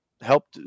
helped